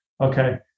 Okay